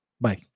Bye